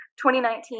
2019